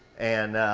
and